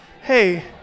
hey